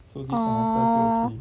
orh